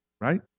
right